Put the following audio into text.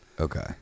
Okay